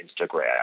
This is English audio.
Instagram